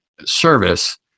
service